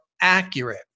accurate